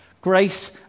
Grace